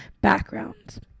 backgrounds